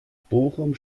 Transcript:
bochum